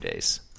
days